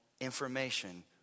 information